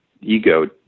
ego